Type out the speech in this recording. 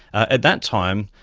at that time,